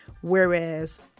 Whereas